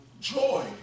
joy